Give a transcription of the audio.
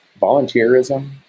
volunteerism